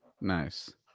nice